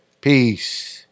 Peace